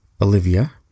Olivia